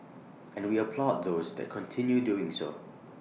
and we applaud those that continue doing so